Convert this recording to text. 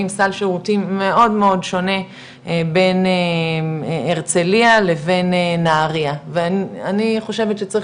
סל שירותים מאוד מאוד שונה בין הרצלייה לבין נהרייה ואני חושבת שצריך